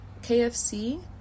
KFC